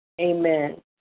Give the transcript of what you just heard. Amen